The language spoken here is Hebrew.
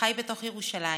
שחי בתוך ירושלים,